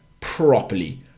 properly